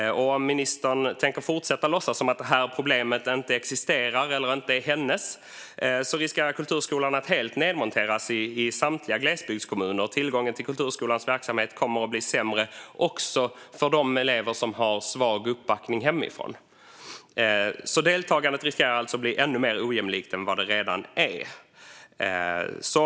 Om ministern tänker fortsätta att låtsas som att problemet inte existerar eller inte är hennes riskerar kulturskolan att helt nedmonteras i samtliga glesbygdskommuner. Tillgången till kulturskolans verksamhet kommer att bli sämre också för de elever som har svag uppbackning hemifrån. Deltagandet riskerar alltså att bli ännu mer ojämlikt än vad det redan är.